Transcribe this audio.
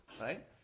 right